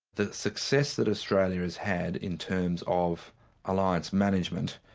the success that australia has had in terms of alliance management,